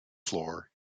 floor